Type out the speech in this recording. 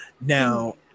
Now